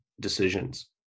decisions